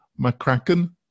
McCracken